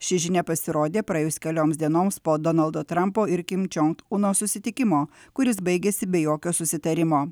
ši žinia pasirodė praėjus kelioms dienoms po donaldo trampo ir kim čiong uno susitikimo kuris baigėsi be jokio susitarimo